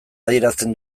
adierazten